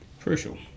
Crucial